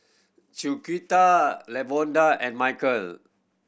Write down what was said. Chiquita Lavonda and Mykel